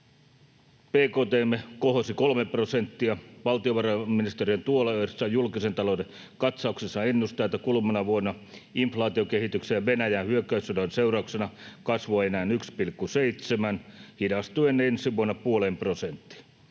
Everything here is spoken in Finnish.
kohosi kolme prosenttia. Valtiovarainministeriön tuoreessa julkisen talouden katsauksessa ennustetaan, että kuluvana vuonna inflaatiokehityksen ja Venäjän hyökkäyssodan seurauksena kasvua on enää 1,7 prosenttia hidastuen ensi vuonna puoleen prosenttiin.